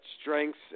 strengths